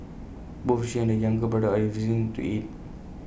both she and the younger brother are refusing to eat